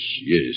yes